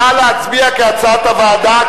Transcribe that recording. נא להצביע, כהצעת הוועדה.